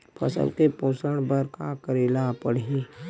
फसल के पोषण बर का करेला पढ़ही?